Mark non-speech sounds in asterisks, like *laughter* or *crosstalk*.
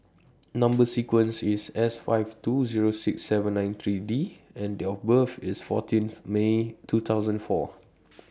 Number *noise* sequence IS S five two Zero six seven nine three D and Date of birth IS fourteenth May two thousand four *noise*